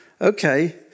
Okay